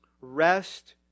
rest